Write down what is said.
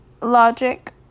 logic